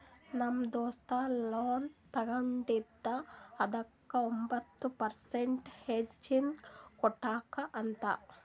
ನಮ್ ದೋಸ್ತ ಲೋನ್ ತಗೊಂಡಿದ ಅದುಕ್ಕ ಒಂಬತ್ ಪರ್ಸೆಂಟ್ ಹೆಚ್ಚಿಗ್ ಕಟ್ಬೇಕ್ ಅಂತ್